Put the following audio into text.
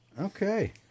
Okay